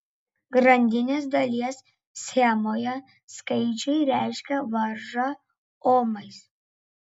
grandinės dalies schemoje skaičiai reiškia varžą omais